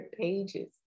pages